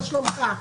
מה שלומך.